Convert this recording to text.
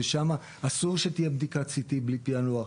ושם אסור שתהיה בדיקת CT בלי פענוח.